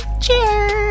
cheers